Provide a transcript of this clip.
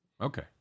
okay